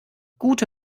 gute